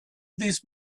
these